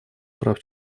прав